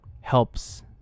helps